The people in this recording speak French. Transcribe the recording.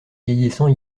vieillissant